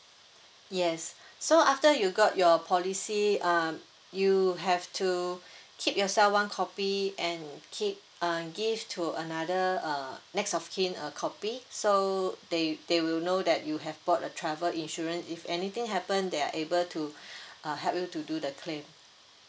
yes so after you got your policy uh you have to keep yourself one copy and keep uh give to another uh next of kin a copy so they they will know that you have bought a travel insurance if anything happen they are able to uh help you to do the claim